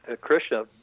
Krishna